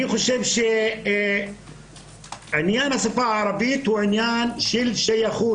אני חושב שעניין השפה הערבית הוא עניין של שייכות.